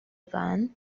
van